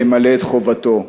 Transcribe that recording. ימלא את חובתו.